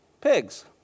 pigs